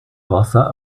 wasser